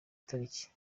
tariki